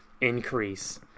increase